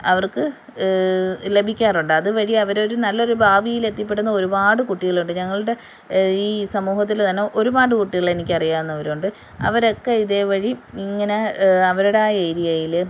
അവർക്ക് ലഭിക്കാറുണ്ട് അതുവഴി അവരൊരു നല്ലൊരു ഭാവിയിൽ എത്തിപ്പെടുന്ന ഒരുപാട് കുട്ടികളുണ്ട് ഞങ്ങളുടെ ഈ സമൂഹത്തിൽ തന്നെ ഒരുപാട് കുട്ടികൾ എനിക്ക് അറിയാവുന്നവരുണ്ട് അവരൊക്കെ ഇതേവഴി ഇങ്ങനെ അവരുടെ ആ എരിയയിൽ